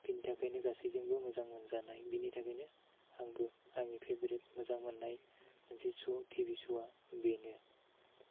बिनि थाखायनो गासैजोंबो मोजां मोनजानाय बिनि थाखायनो आंबो आंनि फेभारेट मोजां मोन्नाय मोनसे श' टिभि श'वा बेनो